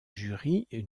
jury